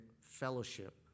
fellowship